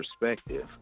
perspective